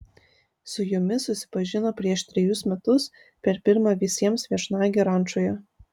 su jomis susipažino prieš trejus metus per pirmą visiems viešnagę rančoje